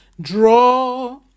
draw